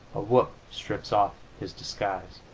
a whoop strips off his disguise.